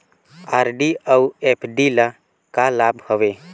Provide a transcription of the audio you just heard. RD अऊ FD ल का लाभ हवे?